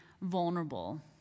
vulnerable